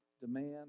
demand